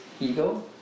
ego